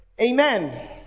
Amen